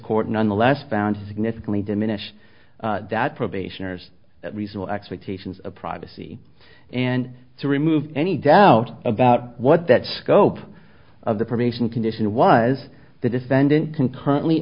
court nonetheless found significantly diminish that probationers reasonable expectations of privacy and to remove any doubt about what that scope of the probation condition was the defendant concurrently